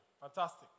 Fantastic